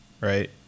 right